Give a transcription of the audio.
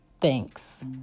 Thanks